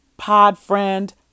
Podfriend